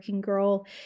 girl